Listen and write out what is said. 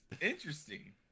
interesting